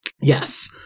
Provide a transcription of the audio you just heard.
Yes